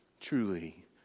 truly